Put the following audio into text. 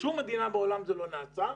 בשום מדינה בעולם זה לא נעשה,